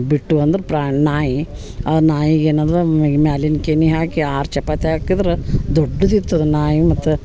ಬಿಟ್ಟು ಅಂದ್ರ ಪ್ರಾ ನಾಯಿ ಆ ನಾಯಿಗೆ ಏನದ ಮ್ಯಾಲಿನ ಕೆನೆ ಹಾಕಿ ಆರು ಚಪಾತಿ ಹಾಕಿದ್ರ ದೊಡ್ಡದಿತ್ತು ಅದು ನಾಯಿ ಮತ್ತೆ